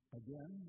again